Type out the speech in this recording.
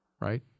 right